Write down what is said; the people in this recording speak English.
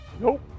Nope